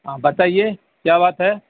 ہاں بتائیے کیا بات ہے